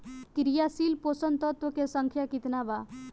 क्रियाशील पोषक तत्व के संख्या कितना बा?